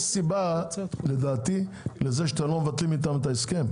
יש סיבה לדעתי לזה שאתם לא מבטלים איתם את ההסכם.